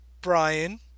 Brian